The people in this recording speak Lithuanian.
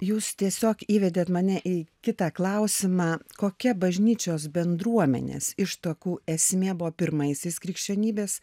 jūs tiesiog įvedėt mane į kitą klausimą kokia bažnyčios bendruomenės ištakų esmė buvo pirmaisiais krikščionybės